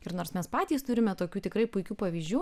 ir nors mes patys turime tokių tikrai puikių pavyzdžių